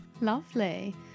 Lovely